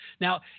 Now